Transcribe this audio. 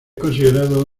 considerado